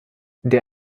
der